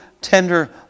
tender